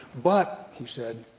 but, he said,